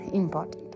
important